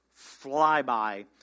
flyby